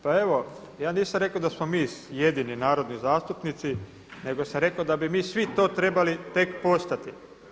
Pa evo, ja nisam rekao da smo mi jedini narodni zastupnici, nego sam rekao da bi mi svi to trebali tek postati.